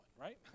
right